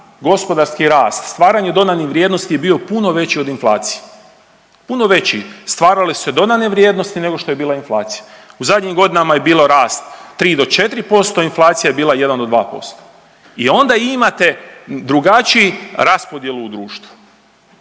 gospodarski rast, stvaranje dodanih vrijednosti je bio puno veći od inflacije. Puno veći, stvarale su se dodane vrijednosti nego što je bila inflacija. U zadnjih godinama je bio rast 3-4%, inflacija je bila 1-2% i onda imate drugačiji raspodjelu u društvu.